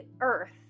earth